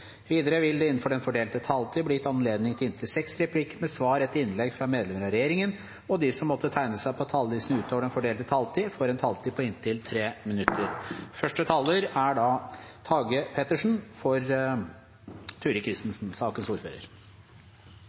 Videre vil det – innenfor den fordelte taletid – bli gitt anledning til replikker med svar etter innlegg fra medlemmer av regjeringen, og de som måtte tegne seg på talerlisten utover den fordelte taletid, får en taletid på inntil 3 minutter. Jeg vil benytte anledningen til å takke komiteen for